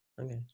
Okay